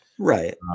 Right